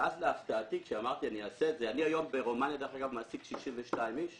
אני היום ברומניה מעסיק 62 אנשים